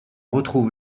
retrouve